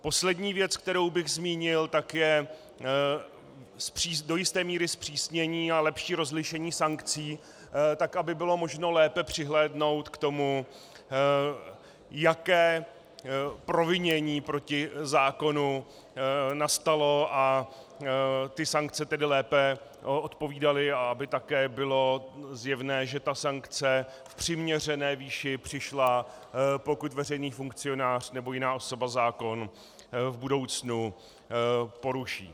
Poslední věc, kterou bych zmínil, je do jisté míry zpřísnění a lepší rozlišení sankcí, tak aby bylo možné lépe přihlédnout k tomu, jaké provinění proti zákonu nastalo, a ty sankce tedy lépe odpovídaly, a aby také bylo zjevné, že ta sankce v přiměřené výši přišla, pokud veřejný funkcionář nebo jiná osoba zákon v budoucnu poruší.